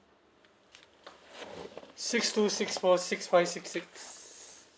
six two six four six five six six